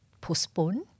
postpone